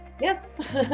yes